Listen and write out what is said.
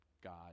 God